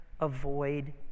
avoid